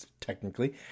technically